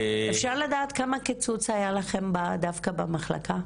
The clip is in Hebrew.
אפשר לדעת כמה קיצוץ היה לכם דווקא במחלקה?